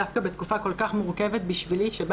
דווקא בתקופה כל כך מורכבת בשבילי שבה